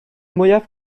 mwyaf